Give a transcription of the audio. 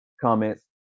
Comments